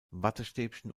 wattestäbchen